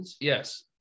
Yes